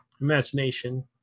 imagination